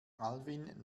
alwin